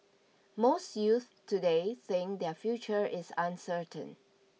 most youths today think their future is uncertain